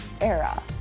era